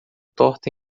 torta